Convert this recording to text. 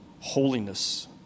holiness